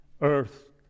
Earth